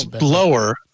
lower